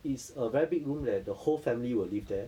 it's a very big room where the whole family will live there